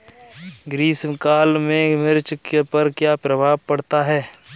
ग्रीष्म काल में मिर्च पर क्या प्रभाव पड़ता है?